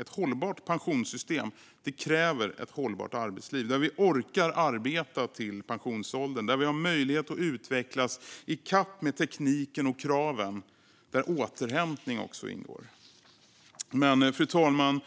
Ett hållbart pensionssystem kräver nämligen ett hållbart arbetsliv där vi orkar arbeta till pensionsåldern, där vi har möjlighet att utvecklas i kapp med tekniken och kraven och där återhämtning ingår. Fru talman!